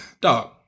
Dog